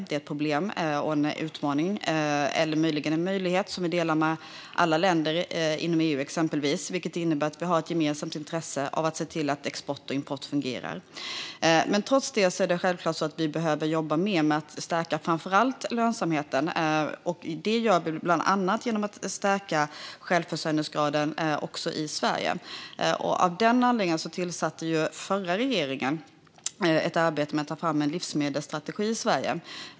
Det är ett problem och en utmaning, eller möjligen en möjlighet, som vi delar med alla länder inom EU, exempelvis, vilket innebär att vi har ett gemensamt intresse av att se till att export och import fungerar. Trots det behöver vi självklart jobba mer med att stärka framför allt lönsamheten, och det gör vi bland annat genom att stärka självförsörjningsgraden också i Sverige. Av den anledningen tillsatte förra regeringen ett arbete med att ta fram en livsmedelsstrategi i Sverige.